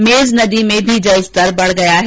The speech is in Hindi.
मेज नदी में भी जलस्तर बढ गया है